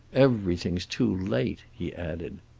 everything's too late, he added.